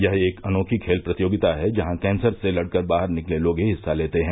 यह एक अनोखी खेल प्रतियोगिता है जहां कैंसर से लड़कर बाहर निकले लोग ही हिस्सा लेते हैं